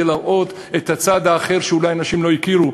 להראות את הצד האחר שאולי אנשים לא הכירו.